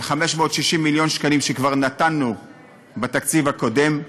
ל-560 מיליון שקלים שכבר נתנו בתקציב הקודם,